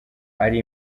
ari